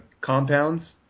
compounds